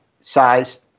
size